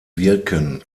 wirken